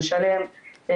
לשלם,